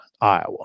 Iowa